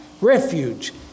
refuge